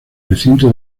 recinto